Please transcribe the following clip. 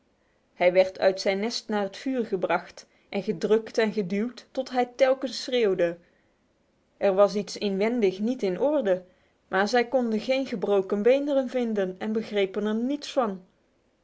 hij werd uit zijn nest naar het vuur gebracht en gedrukt en geduwd tot hij telkens schreeuwde er was iets inwendig niet in orde maar zij konden geen gebroken beenderen vinden en begrepen er niets van